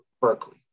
Berkeley